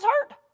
hurt